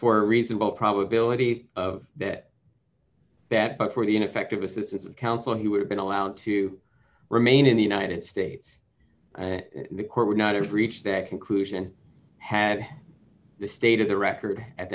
for reasonable probability of that bet but for the ineffective assistance of counsel he would have been allowed to remain in the united states and the court would not have reached that conclusion had the state of the record at